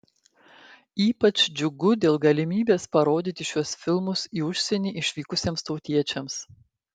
ypač džiugu dėl galimybės parodyti šiuos filmus į užsienį išvykusiems tautiečiams